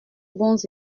bons